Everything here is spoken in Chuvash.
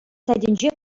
сайтӗнче